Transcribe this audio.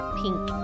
pink